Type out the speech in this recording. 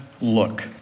look